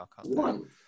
One